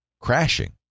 crashing